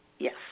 yes